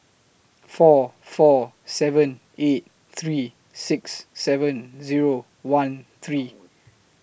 four four seven eight three six seven Zero one three